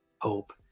hope